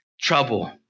trouble